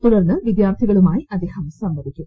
തുടർന്ന് വിദ്യാർത്ഥികളുമായി അദ്ദേഹം സംവദിക്കും